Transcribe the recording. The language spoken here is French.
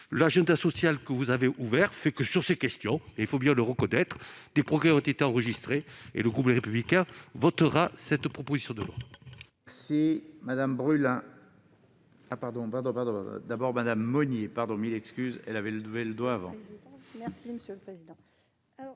l'agenda social ouvert, fait que, sur ces questions, il faut bien le reconnaître, des progrès ont été enregistrés. Le groupe Les Républicains votera donc cette proposition de loi.